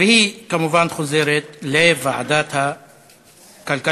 והיא כמובן חוזרת לוועדת הכלכלה.